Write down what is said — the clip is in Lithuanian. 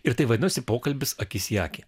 ir tai vadinosi pokalbis akis į akį